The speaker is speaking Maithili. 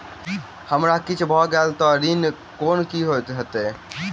हमरा किछ भऽ गेल तऽ ऋण केँ की होइत?